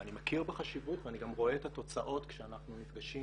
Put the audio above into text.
ואני מכיר בחשיבות ואני גם רואה את התוצאות שאנחנו נפגשים